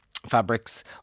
fabrics